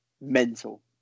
mental